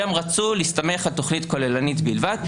שם רצו להסתמך על תוכנית כוללנית לבד.